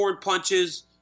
punches